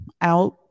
out